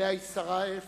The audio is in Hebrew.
שאליה הצטרף